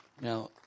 Now